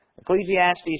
Ecclesiastes